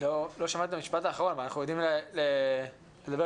אנחנו יודעים לדבר